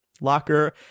locker